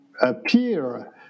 appear